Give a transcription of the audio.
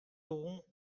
aurons